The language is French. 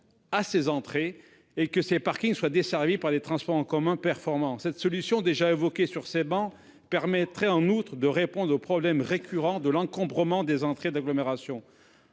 à ses entrées et que ces parkings soient desservis par des transports en commun performants. Cette solution, déjà évoquée dans cette enceinte, permettrait en outre de traiter le problème récurrent de l'encombrement des entrées d'agglomération.